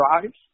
drives